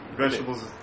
vegetables